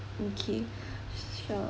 okay sure